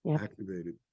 activated